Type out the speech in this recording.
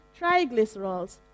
triglycerols